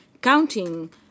counting